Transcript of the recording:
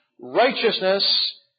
righteousness